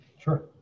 Sure